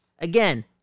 Again